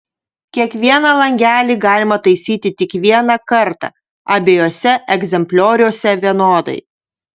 kiekvieną langelį galima taisyti tik vieną kartą abiejuose egzemplioriuose vienodai